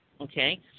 Okay